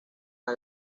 una